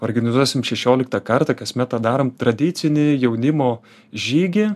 organizuosim šešioliktą kartą kasmet tą darom tradicinį jaunimo žygį